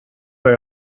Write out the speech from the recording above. dig